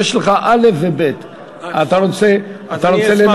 יש לך א' וב' אתה רוצה לנמק,